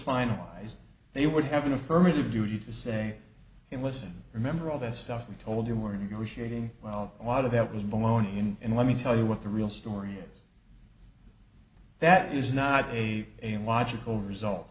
finalized they would have an affirmative duty to say hey listen remember all that stuff we told you more english a day well a lot of that was baloney and let me tell you what the real story is that is not a a logical result